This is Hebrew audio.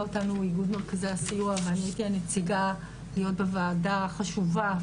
אותנו איגוד מרכזי הסיוע ואני הייתי הנציגה להיות בוועדה החשובה,